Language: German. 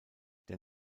der